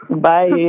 Bye